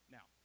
Now